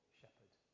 shepherd